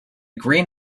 green